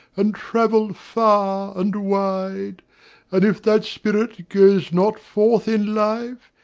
and travel far and wide and if that spirit goes not forth in life,